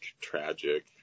tragic